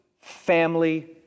family